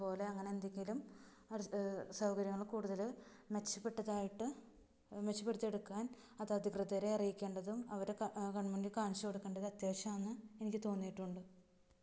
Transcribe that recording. അതുപോലെ അങ്ങനെ എന്തെങ്കിലും സൗകര്യങ്ങൾ കൂടുതൽ മെച്ചപ്പെട്ടതായിട്ട് മെച്ചപ്പെടുത്തി എടുക്കാൻ അത് അധികൃതരെ അറിയിക്കേണ്ടതും അവരെ കണ്മുന്നിൽ കാണിച്ചുകൊടുക്കേണ്ടത് അത്യാവശ്യമാണ് എന്ന് എനിക്ക് തോന്നിയിട്ടുണ്ട്